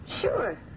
Sure